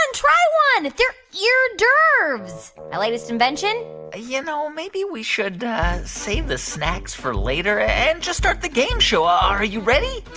and try one. they're ear d'oeuvres, my latest invention ah you know, maybe we should save the snacks for later and just start the game show. are you ready?